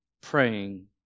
praying